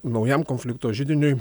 naujam konflikto židiniui